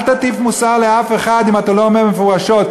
אל תטיף מוסר לאף אחד אם אתה לא אומר מפורשות,